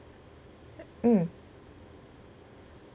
mm